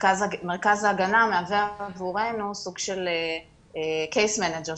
מרכז ההגנה מהווה עבורנו סוג של קייס מנג'ר,